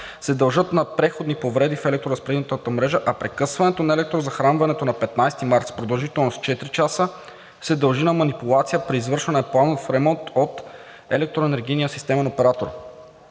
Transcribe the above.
се дължат на преходни повреди в електроразпределителната мрежа, а прекъсването на електрозахранването на 15 март с продължителност 4 часа се дължи на манипулация при извършване на планов ремонт от електроенергийния системен оператор